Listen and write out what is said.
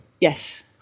yes